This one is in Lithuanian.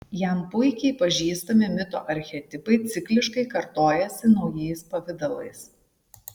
jam puikiai pažįstami mito archetipai cikliškai kartojasi naujais pavidalais